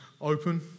open